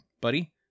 buddy